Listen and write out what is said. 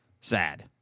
sad